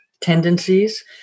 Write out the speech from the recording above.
tendencies